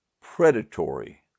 predatory